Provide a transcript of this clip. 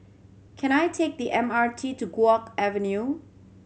can I take the M R T to Guok Avenue